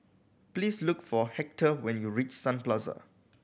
please look for Hector when you reach Sun Plaza